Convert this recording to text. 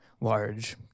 large